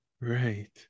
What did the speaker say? right